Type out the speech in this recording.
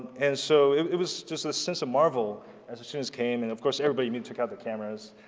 and so it was just a sense of marvel as the students came and of course everybody i mean took out their cameras,